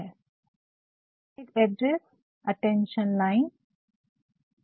inside address attention line attention line ध्यान केंद्रित करने वाली लाइन